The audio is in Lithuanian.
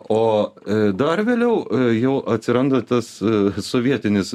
o dar vėliau jau atsiranda tas sovietinis